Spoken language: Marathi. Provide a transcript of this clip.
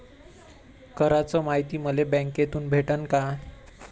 कराच मायती मले बँकेतून भेटन का?